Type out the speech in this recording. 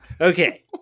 Okay